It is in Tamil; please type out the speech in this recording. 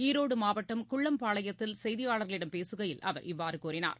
ஈரோடு மாவட்டம் குள்ளம்பாளையத்தில் செய்தியாளர்களிடம் பேசுகையில் அவர் இவ்வாறு கூறினார்